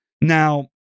Now